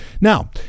now